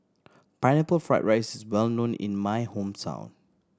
Pineapple Fried rice is well known in my hometown